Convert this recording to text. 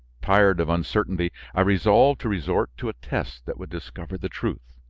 tired of uncertainty, i resolved to resort to a test that would discover the truth.